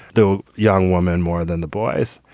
the young woman, more than the boys.